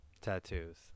tattoos